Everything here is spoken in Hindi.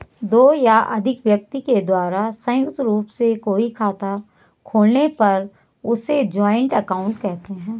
दो या अधिक व्यक्ति के द्वारा संयुक्त रूप से कोई खाता खोलने पर उसे जॉइंट अकाउंट कहते हैं